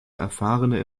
erfahrene